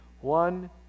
one